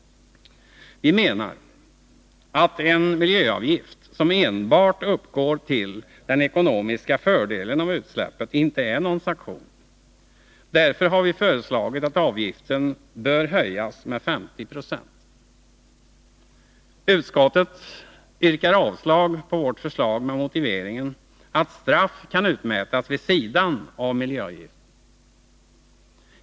Vi menar att en miljöavgift som enbart uppgår till den ekonomiska fördelen av utsläppet inte är någon sanktion. Därför har vi föreslagit att avgiften bör höjas med 50 96. Utskottet avstyrker vårt förslag med motiveringen att straff kan utmätas vid sidan av miljöavgiften.